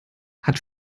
hat